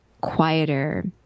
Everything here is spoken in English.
quieter